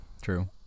True